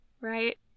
Right